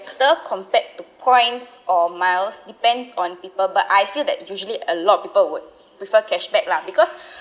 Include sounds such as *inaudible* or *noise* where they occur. compared to points or miles depends on people but I feel that usually a lot of people would prefer cashback lah because *breath*